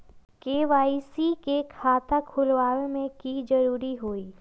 KYC के खाता खुलवा में की जरूरी होई?